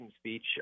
speech